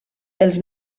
els